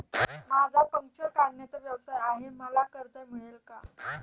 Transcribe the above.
माझा पंक्चर काढण्याचा व्यवसाय आहे मला कर्ज मिळेल का?